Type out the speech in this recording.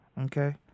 okay